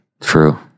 True